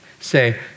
say